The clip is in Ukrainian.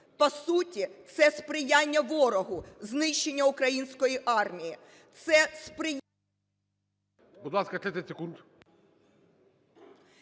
По суті, це сприяння ворогу, знищення української армії,